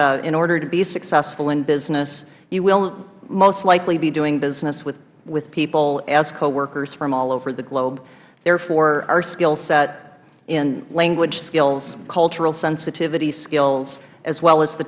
in order to be successful in business you will most likely be doing business with people as coworkers from all over the globe therefore our skill set in language skills cultural sensitivity skills as well as the